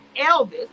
Elvis